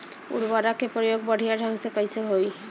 उर्वरक क प्रयोग बढ़िया ढंग से कईसे होई?